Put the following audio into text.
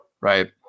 Right